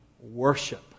worship